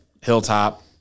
Hilltop